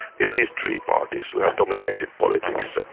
we have these three parties who have dominated politics.